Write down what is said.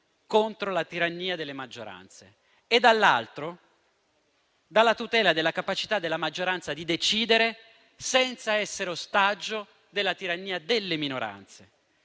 contro la tirannia delle maggioranze e, dall'altro, nella tutela della capacità della maggioranza di decidere senza essere ostaggio della tirannia delle minoranze.